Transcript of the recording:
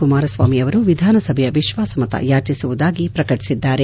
ಕುಮಾರಸ್ವಾಮಿ ಅವರು ವಿಧಾನಸಭೆಯ ವಿಶ್ವಾಸಮತ ಯಾಚಿಸುವುದಾಗಿ ಪ್ರಕಟಿಸಿದ್ದಾರೆ